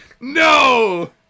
No